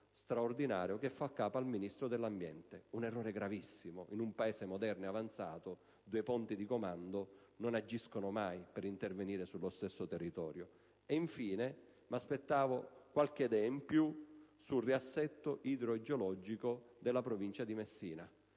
straordinario che fa capo al Ministero dell'ambiente. Un errore gravissimo, in un Paese moderno ed avanzato: due ponti di comando non devono mai intervenire sullo stesso territorio. Infine, mi aspettavo qualche idea in più sul riassetto idrogeologico della provincia di Messina.